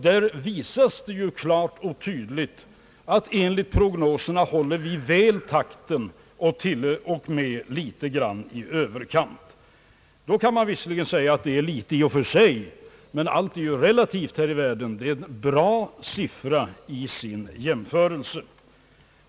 Där visas det klart och tydligt att enligt prognoserna håller vi väl takten och till och med litet grand i överkant. Visserligen kan man säga att 3 70 i och för sig är litet, men allt är relativt här i världen, och det är en bra siffra i sin jämförelse.